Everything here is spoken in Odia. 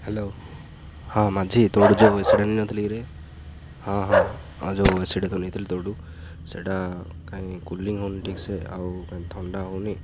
ହ୍ୟାଲୋ ହଁ ମାଝି ତୋଠୁ ଯେଉଁ ଏସିଟା ନେଇନଥିଲି କିରେ ହଁ ହଁ ହଁ ଯୋଉ ଏସିକୁ ନେଇଥିଲି ତୋଠୁ ସେଇଟା କାଇଁ କୁଲିଂ ହେଉନି ଠିକ୍ସେ ଆଉ କାଇଁ ଥଣ୍ଡା ହେଉନି